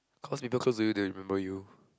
cause people close to you they'll remember you